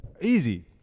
Easy